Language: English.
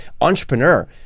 entrepreneur